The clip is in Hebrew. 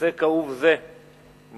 נושא כאוב זה מתחיל